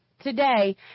today